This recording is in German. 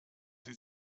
sie